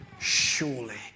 surely